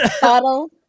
Bottle